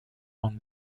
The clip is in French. van